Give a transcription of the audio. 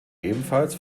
ebenfalls